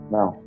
Now